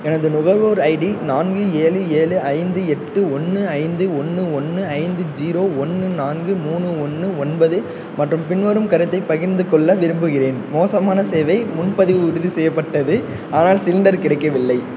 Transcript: எனது நுகர்வோர் ஐடி நான்கு ஏழு ஏழு ஐந்து எட்டு ஒன்று ஐந்து ஒன்று ஒன்று ஐந்து ஜீரோ ஒன்று நான்கு மூணு ஒன்று ஒன்பது மற்றும் பின்வரும் கருத்தை பகிர்ந்து கொள்ள விரும்புகிறேன் மோசமான சேவை முன்பதிவு உறுதி செய்யப்பட்டது ஆனால் சிலிண்டர் கிடைக்கவில்லை